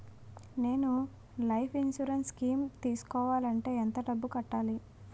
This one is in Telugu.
నేను లైఫ్ ఇన్సురెన్స్ స్కీం తీసుకోవాలంటే ఎంత డబ్బు కట్టాలి?